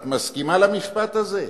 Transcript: את מסכימה למשפט הזה?